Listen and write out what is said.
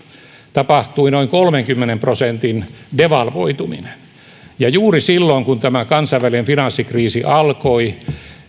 tapahtui noin kolmenkymmenen prosentin devalvoituminen ja juuri silloin kun tämä kansainvälinen finanssikriisi alkoi